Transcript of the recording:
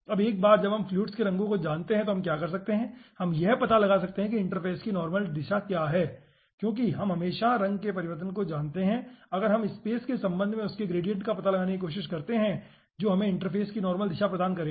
अब एक बार जब हम फ्लुइड्स के रंगों को जानते हैं कि हम क्या कर सकते हैं तो हम यह पता लगा सकते हैं कि इंटरफ़ेस की नॉर्मल दिशा क्या है क्योंकि हम हमेशा रंग के परिवर्तन को जानते हैं अगर हम स्पेस के संबंध में उनके ग्रेडिएंट का पता लगाने की कोशिश करते हैं जो हमें इंटरफ़ेस की नॉर्मल दिशा प्रदान करेगा